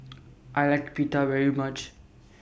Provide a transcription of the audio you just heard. I like Pita very much